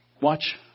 Watch